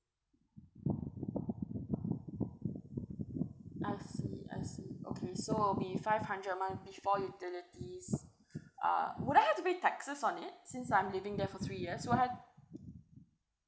I see I see okay so it'll be five hundred a month before utilities uh would I have to pay taxes on it since I'm living there for three years would I ha~